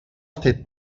hace